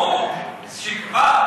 וזה פיקציה,